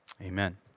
amen